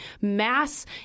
mass